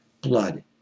blood